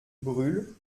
brûle